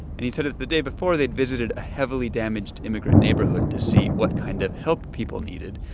and he said that the day before, they'd visited a heavily damaged immigrant neighborhood to see what kind of help people needed.